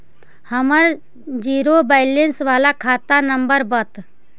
हमर zero balance बाला खाता नम्बर बत?